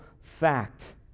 fact